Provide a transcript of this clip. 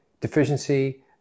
deficiency